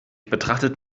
betrachtet